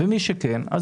ומי שכן,